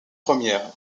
première